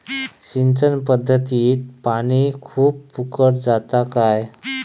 सिंचन पध्दतीत पानी खूप फुकट जाता काय?